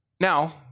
Now